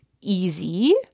easy